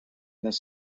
this